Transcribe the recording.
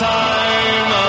time